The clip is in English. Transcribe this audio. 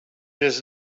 does